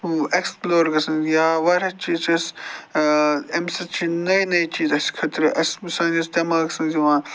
explore گژھٕنۍ یا واریاہ چیٖز چھِ أسۍ اَمہِ سۭتۍ چھِ نٔے نٔے چیٖز اَسہِ خٲطرٕ اَسہِ سٲنِس دٮ۪ماغَس منٛز یِوان